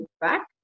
back